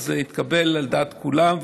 זה התקבל על דעת כולם.